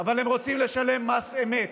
אבל הם רוצים לשלם מס אמת.